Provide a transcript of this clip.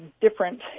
different